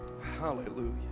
Hallelujah